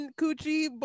coochie